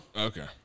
Okay